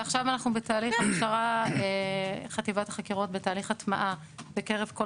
ועכשיו חטיבת החקירות בתהליך הטמעה בקרב כל